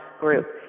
group